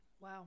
Wow